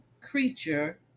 creature